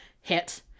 hit